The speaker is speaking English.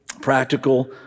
practical